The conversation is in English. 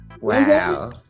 wow